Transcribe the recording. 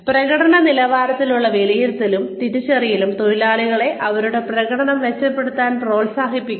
പ്രകടന നിലവാരങ്ങളുടെ വിലയിരുത്തലും തിരിച്ചറിയലും തൊഴിലാളികളെ അവരുടെ പ്രകടനം മെച്ചപ്പെടുത്താൻ പ്രേരിപ്പിക്കും